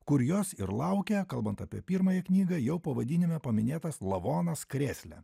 kur jos ir laukia kalbant apie pirmąją knygą jau pavadinime paminėtas lavonas krėsle